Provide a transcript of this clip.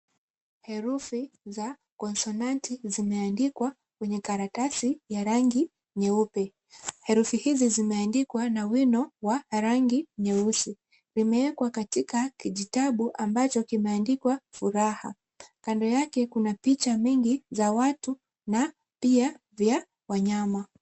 Herufi za konsonanti zimeandikwa kwenye karatasi ya rangi nyeupe. Herufi hizi zimeandikwa na wino wa rangi nyeusi. Zimewekwa katika kijitabu ambacho kimeandikwa furaha. Kando yake kuna picha nyingi za watu na pia za wanyama.